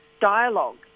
dialogue